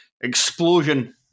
Explosion